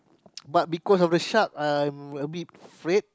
but because of the shark I'm a bit afraid